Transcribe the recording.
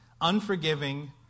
unforgiving